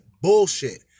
bullshit